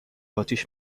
آتیش